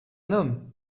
homme